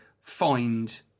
find